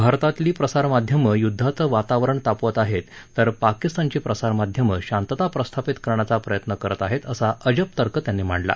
भारतातली प्रसार माध्यमं युद्धाचं वातावरण निर्माण करत आहेत तर पाकिस्तानची प्रसार माध्यमं शांतता प्रस्थापित करण्याचा प्रयत्न करत आहेत असा अजब तर्क त्यांनी मांडला